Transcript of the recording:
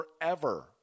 forever